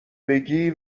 بگی